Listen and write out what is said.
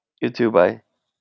you too bye